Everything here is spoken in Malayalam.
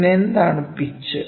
പിന്നെ എന്താണ് പിച്ച്